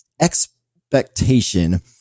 expectation